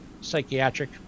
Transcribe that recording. psychiatric